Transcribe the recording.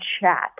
chat